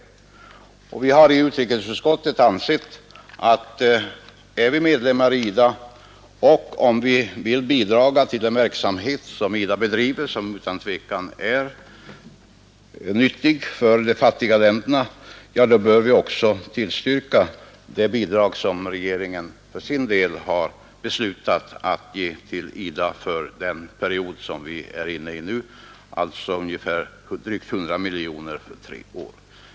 Vi har i utrikesutskottet ansett att vi, om vi är medlemmar i IDA och vill bidraga till den verksamhet som IDA bedriver — som utan tvekan är nyttig för de fattiga länderna — också bör tillstyrka de bidrag som regeringen för sin del har beslutat ge till IDA för den period vi är inne i nu, alltså drygt 100 miljoner kronor för tre år. Herr talman!